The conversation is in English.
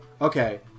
Okay